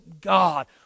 God